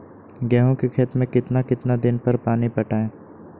गेंहू के खेत मे कितना कितना दिन पर पानी पटाये?